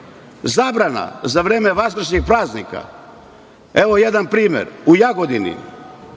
mantila. Zabrana za vreme Vaskršnjih praznika, evo jedan primer. U Jagodini,